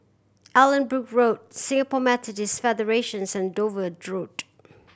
Allanbrooke Road Singapore Federations and Dover Road